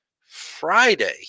Friday